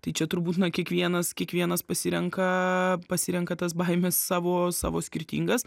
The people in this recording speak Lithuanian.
tai čia turbūt na kiekvienas kiekvienas pasirenka pasirenka tas baimes savo savo skirtingas